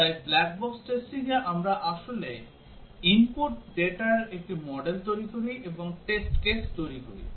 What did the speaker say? তাই black box টেস্টিংয়ে আমরা আসলে input ডেটার একটি মডেল তৈরি করি এবং টেস্ট কেস তৈরি করি